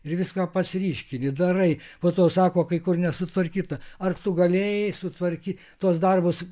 ir viską pats ryškini darai po to sako kai kur nesutvarkyta ar tu galėjai sutvarkyti tuos darbus